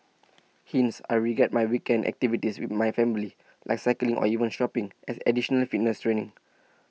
hence I regard my weekend activities with my family like cycling or even shopping as additional fitness training